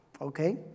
okay